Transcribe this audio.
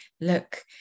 look